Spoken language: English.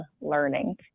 learning